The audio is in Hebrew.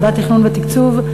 ועדת התכנון והתקצוב,